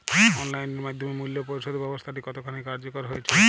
Online এর মাধ্যমে মূল্য পরিশোধ ব্যাবস্থাটি কতখানি কার্যকর হয়েচে?